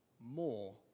more